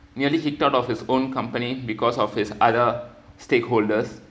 nearly he thought of his own company because of his other stakeholders